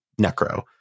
Necro